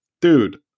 dude